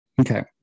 okay